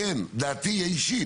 כן, דעתי האישית.